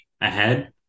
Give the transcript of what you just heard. ahead